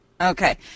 okay